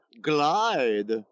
glide